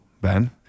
Ben